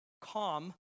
calm